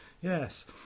Yes